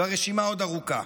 והרשימה עוד ארוכה.